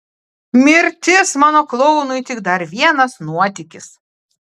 mirtis mano klounui tik dar vienas nuotykis